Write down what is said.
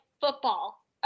football